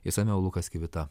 išsamiau lukas kivita